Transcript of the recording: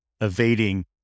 evading